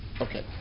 okay